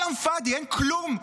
כלאם פאדי, אין כלום.